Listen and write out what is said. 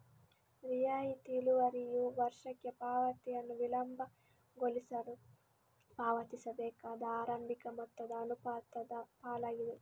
ರಿಯಾಯಿತಿ ಇಳುವರಿಯು ವರ್ಷಕ್ಕೆ ಪಾವತಿಯನ್ನು ವಿಳಂಬಗೊಳಿಸಲು ಪಾವತಿಸಬೇಕಾದ ಆರಂಭಿಕ ಮೊತ್ತದ ಅನುಪಾತದ ಪಾಲಾಗಿದೆ